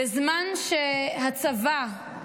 בזמן שהצבא,